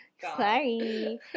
Sorry